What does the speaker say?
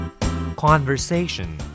Conversation